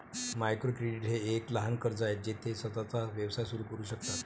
micro credit हे एक लहान कर्ज आहे जे ते स्वतःचा व्यवसाय सुरू करू शकतात